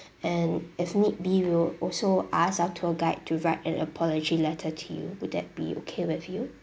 and if need we'll also ask our tour guide to write an apology letter to you will that be okay with you